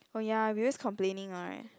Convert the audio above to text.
oh ya we always complaining [right]